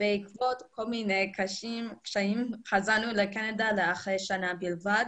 בעקבות כל מיני קשיים, לחזור לקנדה אחרי שנה בלבד.